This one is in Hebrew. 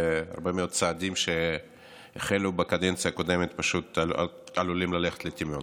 והרבה מאוד צעדים שהחלו בקדנציה הקודמת פשוט עלולים ללכת לטמיון.